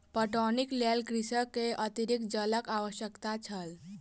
पटौनीक लेल कृषक के अतरिक्त जलक आवश्यकता छल